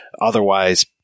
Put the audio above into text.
otherwise